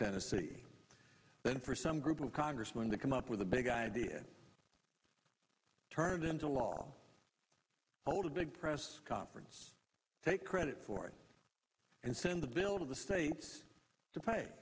tennessee then for some group of congressmen to come up with a big idea turned into law hold a big press conference take credit for it and send the bill to the states to play